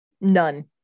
none